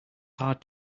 hard